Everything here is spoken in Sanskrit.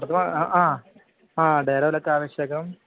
प्रथम अ डेरवलक आवश्यकं